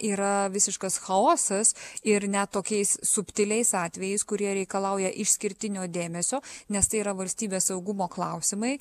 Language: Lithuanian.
yra visiškas chaosas ir ne tokiais subtiliais atvejais kurie reikalauja išskirtinio dėmesio nes tai yra valstybės saugumo klausimai